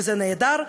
וזה נהדר,